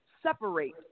separate